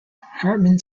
hartman